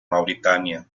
mauritania